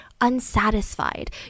unsatisfied